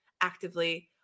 actively